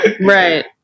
Right